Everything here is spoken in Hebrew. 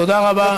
תודה רבה.